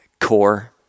core